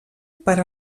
per